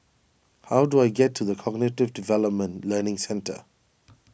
how do I get to the Cognitive Development Learning Centre